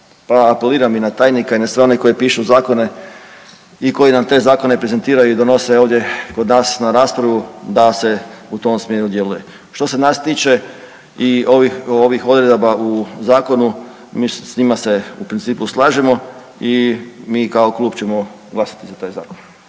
pa apeliram i na tajnika i na sve one koji pišu zakone i koji nam te zakone prezentiraju i donose ovdje kod nas na raspravu da se u tom smjeru djeluje. Što se nas tiče i ovih, ovih odredaba u zakonu mislim s njima se u principu slažemo i mi kao klub ćemo glasati za taj zakon.